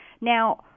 Now